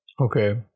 Okay